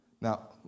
Now